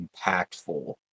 impactful